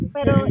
Pero